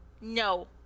no